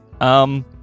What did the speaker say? Um